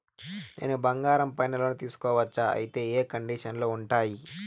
నేను బంగారం పైన లోను తీసుకోవచ్చా? అయితే ఏ కండిషన్లు ఉంటాయి?